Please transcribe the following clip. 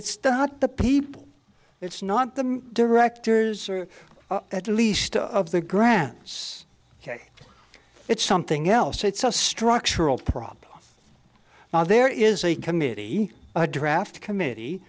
it's not the people it's not the directors or at least of the grants ok it's something else it's a structural problem well there is a committee a draft committee